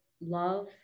love